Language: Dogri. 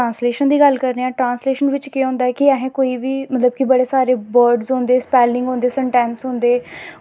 गल्ल एह् ऐ कि मेरी गल्ल तुसैं मतलव उसदे चे अगर कोई बी ऐ डिफालट होंदा जां कोई बी गल्ल होंदी जां इस गल्लै गी